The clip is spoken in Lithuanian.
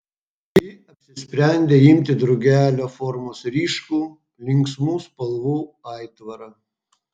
ji apsisprendė imti drugelio formos ryškų linksmų spalvų aitvarą